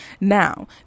Now